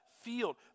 field